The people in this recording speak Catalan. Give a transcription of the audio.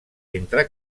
entre